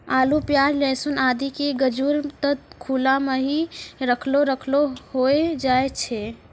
आलू, प्याज, लहसून आदि के गजूर त खुला मॅ हीं रखलो रखलो होय जाय छै